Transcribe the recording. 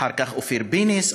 אחר כך אופיר פינס,